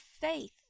faith